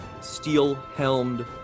steel-helmed